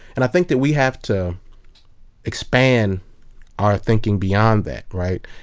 and i think that we have to expand our thinking beyond that. right?